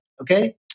Okay